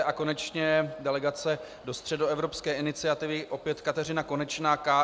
A konečně delegace do Středoevropské iniciativy opět Kateřina Konečná, KSČM.